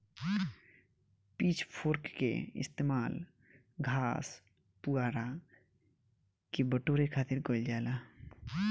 pitch fork के इस्तेमाल घास, पुआरा के बटोरे खातिर कईल जाला